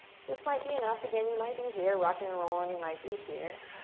this this might be enough, again, you might be here rockin' and rollin'. you might be here.